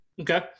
Okay